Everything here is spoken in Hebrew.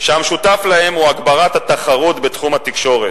שהמשותף להם הוא הגברת התחרות בתחום התקשורת,